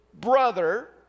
brother